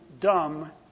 dumb